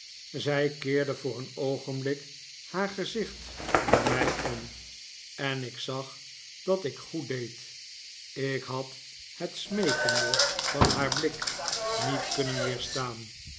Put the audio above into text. zij keerde voor een oogenblik haar gezicht naar mij om en ik zag dat ik goed deed ik had het smeekende van haar blik niet kunnen weerstaan